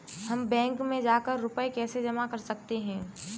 हम बैंक में जाकर कैसे रुपया जमा कर सकते हैं?